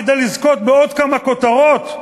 כדי לזכות בעוד כמה כותרות,